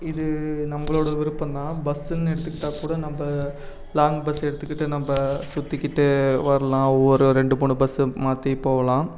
இது நம்பளோட விருப்பம் தான் பஸ்ஸுன்னு எடுத்துக்கிட்டால் கூட நம்ப லாங் பஸ் எடுத்துக்கிட்டு நம்ப சுற்றிக்கிட்டு வரலாம் ஒவ்வொரு ரெண்டு மூணு பஸ்ஸு மாற்றி போகலாம்